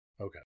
Okay